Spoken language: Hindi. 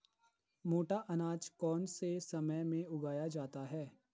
मोटा अनाज कौन से समय में उगाया जाता है?